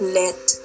let